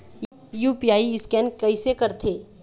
UPI scan कइसे करथे?